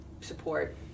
support